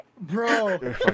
bro